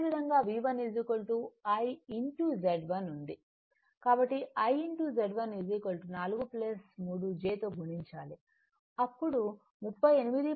కాబట్టి I Z1 4 j 3 తో గుణించాలి అప్పుడు 38